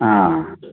हा